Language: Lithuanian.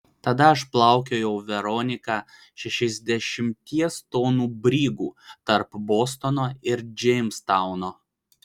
tada aš plaukiojau veronika šešiasdešimties tonų brigu tarp bostono ir džeimstauno